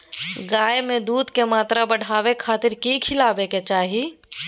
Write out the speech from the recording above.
गाय में दूध के मात्रा बढ़ावे खातिर कि खिलावे के चाही?